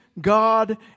God